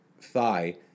thigh